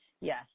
Yes